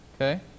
Okay